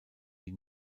die